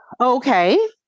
Okay